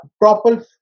proper